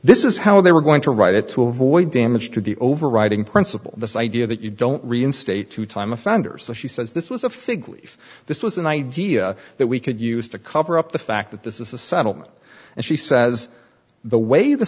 this is how they were going to write it to avoid damage to the overriding principle this idea that you don't reinstate two time offenders so she says this was a fig leaf this was an idea that we could use to cover up the fact that this is a settlement and she says the way the